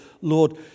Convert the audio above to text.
Lord